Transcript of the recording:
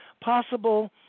possible